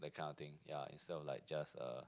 that kind of thing yeah instead of like just a